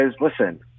listen